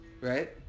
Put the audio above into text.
right